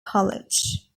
college